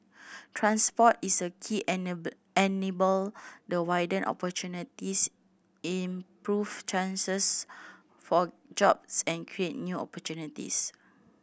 transport is a key enabler the widen opportunities improve chances for jobs and create new opportunities